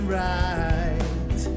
right